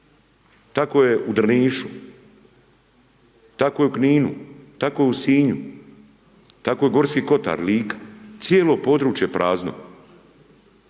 tako je u Drnišu, tako je u Kninu, tako je u Sinji, tako je Gorski Kotar, Lika, cijelo područje prazno,